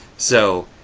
so,